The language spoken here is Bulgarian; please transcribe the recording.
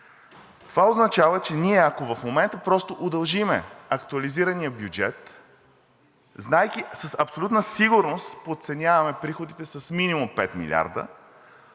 Това означава, че ако ние в момента просто удължим актуализирания бюджет, знаейки с абсолютна сигурност, подценяваме приходите с минимум 5 милиарда,